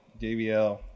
JBL